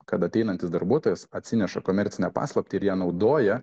kad ateinantis darbuotojas atsineša komercinę paslaptį ir ją naudoja